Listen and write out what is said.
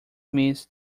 miss